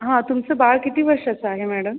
हा तुमचं बाळ किती वर्षाचं आहे मॅडम